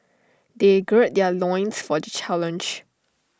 they gird their loins for the challenge